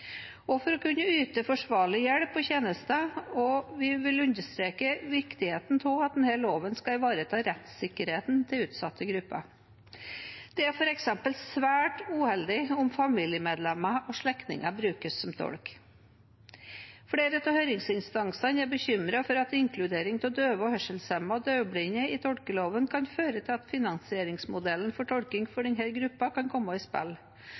og for å kunne yte forsvarlig hjelp og tjenester. Vi vil understreke viktigheten av at denne loven skal ivareta rettssikkerheten til utsatte grupper. Det er f.eks. svært uheldig om familiemedlemmer og slektninger brukes som tolk. Flere av høringsinstansene er bekymret for at inkludering av døve, hørselshemmede og døvblinde i tolkeloven kan føre til at finansieringsmodellen for tolking for denne gruppen kan komme i spill,